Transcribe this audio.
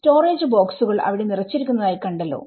storage ബോക്സുകൾ അവിടെ നിറച്ചിരിക്കുന്നതായി കണ്ടല്ലോ